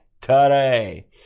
Today